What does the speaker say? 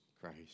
Christ